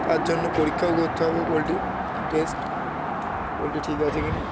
তার জন্য পরীক্ষাও করতে হবে পোলট্রির টেস্ট পোলট্রি ঠিক আছে কি না